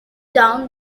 down